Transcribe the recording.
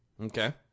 Okay